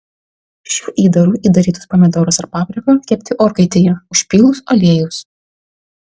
šiuo įdaru įdarytus pomidorus ar papriką kepti orkaitėje užpylus aliejaus